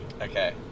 Okay